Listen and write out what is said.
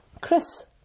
Chris